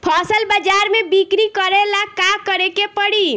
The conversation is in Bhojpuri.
फसल बाजार मे बिक्री करेला का करेके परी?